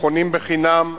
חונים בחינם,